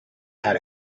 had